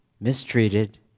mistreated